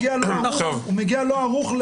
מגיע לא ערוך.